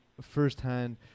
firsthand